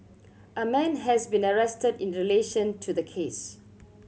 a man has been arrested in relation to the case